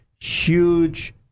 huge